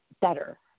better